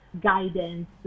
guidance